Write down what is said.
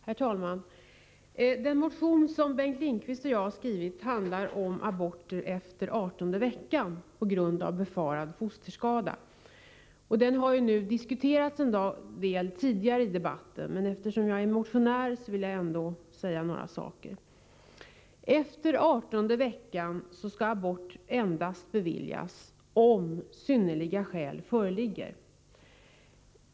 Herr talman! Den motion som Bengt Lindqvist och jag har skrivit handlar om aborter efter 18:e veckan på grund av befarad fosterskada. Den har diskuterats en del tidigare i debatten, men eftersom jag är motionär vill jag ändå säga några ord. Efter 18:e veckan skall abort beviljas endast om ”synnerliga skäl” föreligger.